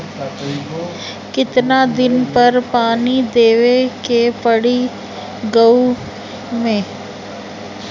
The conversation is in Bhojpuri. कितना दिन पर पानी देवे के पड़ी गहु में?